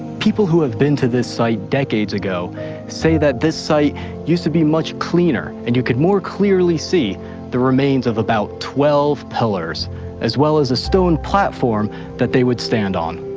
people who have been to this site decades ago say that this site used to be much cleaner and you could more clearly see the remains of about twelve pillars as well as a stone platform that they would stand on.